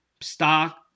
stock